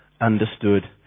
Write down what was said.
understood